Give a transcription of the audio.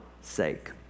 sake